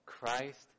Christ